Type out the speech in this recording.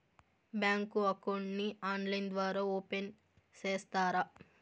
Bank account ని online ద్వారా open సేస్తారా?